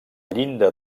llinda